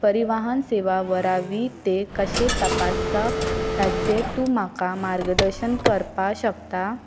परिवाहन सेवा वरवीं ते कशें तपासप हाचें तूं म्हाका मार्गदर्शन करपाक शकता